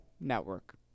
network